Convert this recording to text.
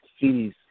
cities